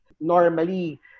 Normally